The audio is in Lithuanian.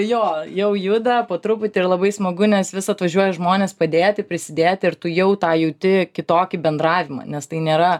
jo jau juda po truputį ir labai smagu nes vis atvažiuoja žmonės padėti prisidėti ir tu jau tą jauti kitokį bendravimą nes tai nėra